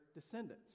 descendants